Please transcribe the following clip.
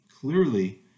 clearly